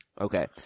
Okay